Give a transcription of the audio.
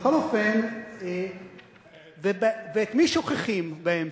ובריב הזה את מי שוכחים באמצע,